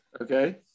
okay